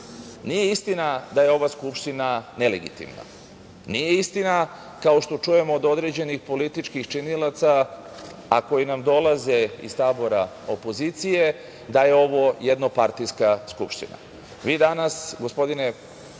akta. Nije istina da je ova Skupština nelegitimna. Nije istina, kao što čujemo od određenih političkih činilaca, a koji nam dolaze iz tabora opozicije, da je ovo jednopartijska Skupština.